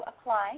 apply